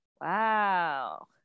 wow